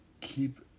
keep